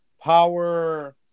power